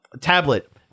tablet